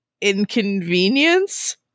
inconvenience